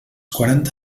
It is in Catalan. quaranta